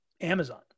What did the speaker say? Amazon